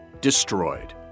destroyed